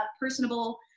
personable